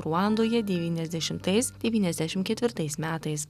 ruandoje devyniasdešimtais devyniasdešim ketvirtais metais